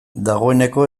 dagoeneko